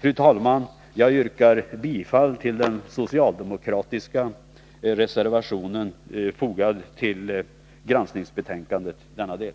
Fru talman! Jag yrkar bifall till den socialdemokratiska reservation som är fogad till granskningsbetänkandet i denna del.